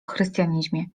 chrystianizmie